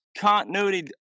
continuity